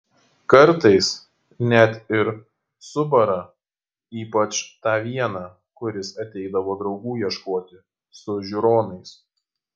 kartais net ir subara ypač tą vieną kuris ateidavo draugų ieškoti su žiūronais